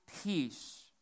peace